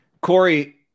Corey